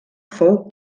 fou